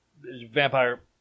vampire